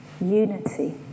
unity